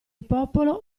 popolo